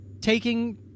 taking